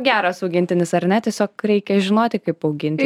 geras augintinis ar ne tiesiog reikia žinoti kaip auginti